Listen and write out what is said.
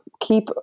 keep